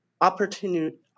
opportunity